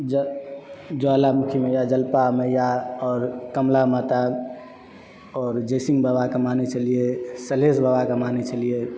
ज ज्वालामुखी मैया जलपा मैया आओर कमला माता आओर जयसिंह बाबाके मानै छलियै सलेश बाबाके मानै छलियै